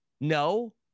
No